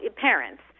parents